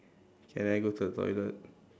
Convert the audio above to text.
can I go to the toilet